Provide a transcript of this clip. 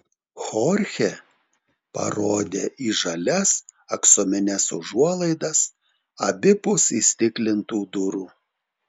chorchė parodė į žalias aksomines užuolaidas abipus įstiklintų durų